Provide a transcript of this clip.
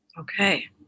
Okay